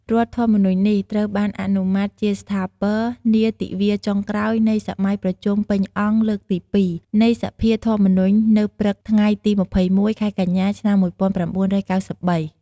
រដ្ឋធម្មនុញ្ញនេះ ត្រូវបានអនុម័តជាស្ថាពរនាទិវាចុងក្រោយនៃសម័យប្រជុំពេញអង្គលើកទី២ នៃ សភាធម្មនុញ្ញនៅព្រឹកថ្ងៃទី២១ ខែកញ្ញា ឆ្នាំ១៩៩៣។